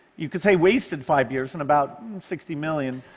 you could say wasted five years, and about sixty million,